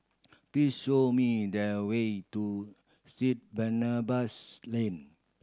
please show me the way to Street Barnabas Lane